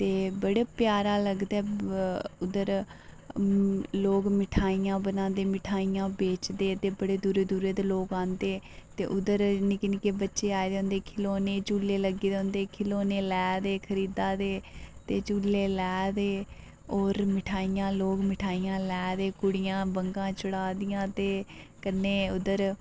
ते बड़ा प्यारा लगदा उद्धर लोग मिठाइयां बनांदे मिठाइयां बेचदे ते बड़े दूरे दूरे दे लोग आंदे ते उद्दर निक्के निक्के बच्चे आए दे होंदे खिलौने झूले लग्गे दे होंदे खिलौने लै दे खरीदा दे ते झूले लै दे होर मिठाइयां लोग मिठाइयां लै दे कुड़ियां बंगां चढ़ा दियां ते कन्ने उद्धर